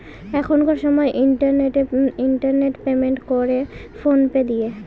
এখনকার সময় internet payment করে ফোন পে দিয়ে